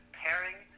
pairing